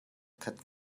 khat